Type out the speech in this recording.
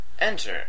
enter